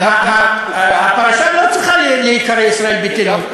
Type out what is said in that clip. הפרשה לא צריכה להיקרא ישראל ביתנו,